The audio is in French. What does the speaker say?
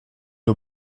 nos